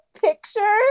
picture